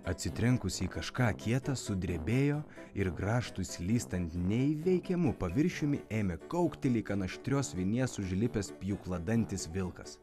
atsitrenkusi į kažką kietą sudrebėjo ir grąžtu slystant neįveikiamu paviršiumi ėmė kaukti lyg ant aštrios vinies užlipęs pjūkladantis vilkas